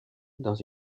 dans